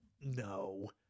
No